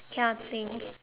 cannot think